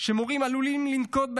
שמורים עלולים לנקוט,